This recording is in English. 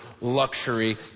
luxury